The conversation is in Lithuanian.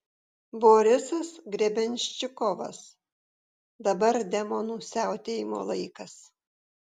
borisas grebenščikovas dabar demonų siautėjimo laikas